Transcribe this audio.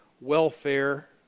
welfare